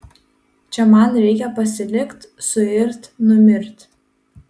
čia man reikia pasilikt suirt numirt